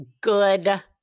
good